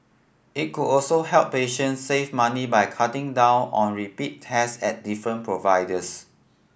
it could also help patients save money by cutting down on repeat tests at different providers